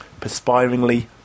perspiringly